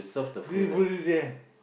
do people live there